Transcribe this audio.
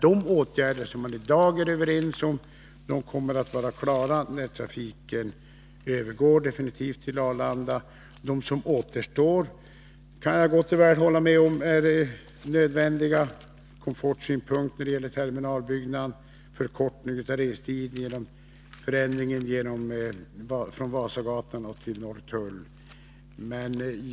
De åtgärder som man i dag är överens om kommer att vara klara när trafiken definitivt övergår till Arlanda. Jag kan gott och väl hålla med om att de åtgärder som återstår är nödvändiga — ur komfortsynpunkt när det gäller terminalbyggnaden liksom även förkortningen av restiden genom förändringen av trafiken mellan Vasagatan och Norrtull.